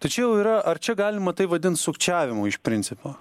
tai čia jau yra ar čia galima tai vadint sukčiavimu iš principo